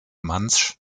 mantzsch